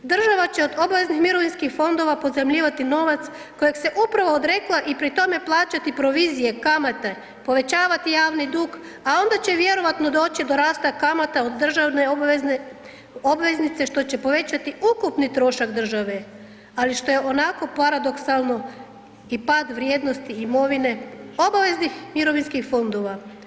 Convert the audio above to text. Država će od obaveznih mirovinskih fondova pozajmljivati novac kojeg se upravo odrekla i pri tome plaćati provizije, kamate, povećavati javni dug, a onda će vjerojatno doći do rasta kamata od državne obveznice što će povećati ukupni trošak države, ali što je onako paradoksalno i pad vrijednosti imovine obaveznih mirovinskih fondova.